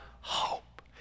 hope